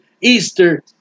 Easter